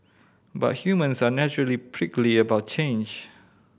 but humans are naturally prickly about change